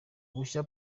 gushya